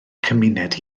cymuned